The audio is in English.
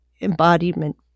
embodiment